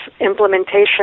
implementation